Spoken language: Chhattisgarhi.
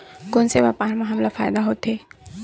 कोन से व्यापार म हमला फ़ायदा होथे?